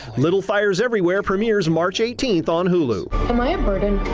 little fires everywhere premieres march eighteenth on hulu ah my um burden.